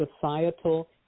societal